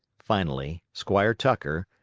finally, squire tucker,